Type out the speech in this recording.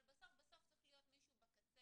אבל בסוף בסוף צריך להיות מישהו בקצה,